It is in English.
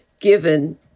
given